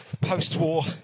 post-war